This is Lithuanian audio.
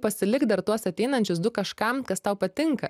pasilik dar tuos ateinančius du kažkam kas tau patinka